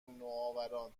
نوآوران